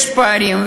יש פערים,